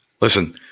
Listen